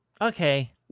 Okay